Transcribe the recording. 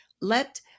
Let